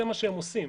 זה מה שהם עושים,